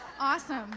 awesome